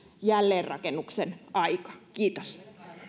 jälleenrakennuksen aika kiitos pääministeri